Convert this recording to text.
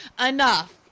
enough